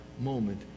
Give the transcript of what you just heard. moment